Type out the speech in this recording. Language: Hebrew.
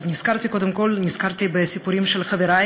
קודם כול נזכרתי בסיפורים של חברי